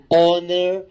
honor